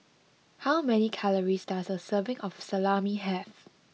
how many calories does a serving of Salami have